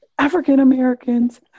African-Americans